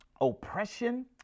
oppression